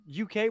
UK